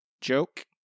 joke